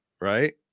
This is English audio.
right